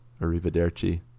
Arrivederci